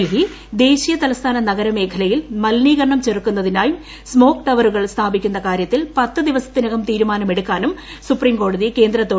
ഡൽഹി ദേശീയ തലസ്ഥാന നഗര മേഖലയിൽ മലിനീകരണം ചെറുക്കുന്നതിനായി സ്മോഗ് ടവറുകൾ സ്ഥാപിക്കുന്ന കാര്യത്തിൽ പത്ത് ദിവസത്തിനകം തീരുമാനം എടുക്കാനും സുപ്രീം കോടതി കേന്ദ്രത്തോട് ആവശ്യപ്പെട്ടു